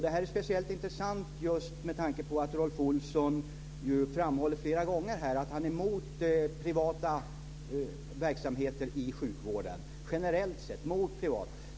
Det här är speciellt intressant just med tanke på att Rolf Olsson flera gånger framhåller att han är emot privata verksamheter i sjukvården generellt sett.